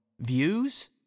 views